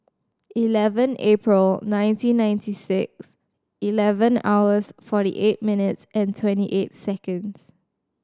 eleven April nineteen ninety six eleven hours forty eight minutes and twenty eight seconds